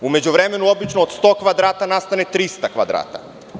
U međuvremenu obično od 100 kvadrata nastane 300 kvadrata.